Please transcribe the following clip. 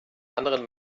anderen